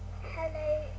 Hello